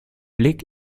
blick